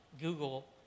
Google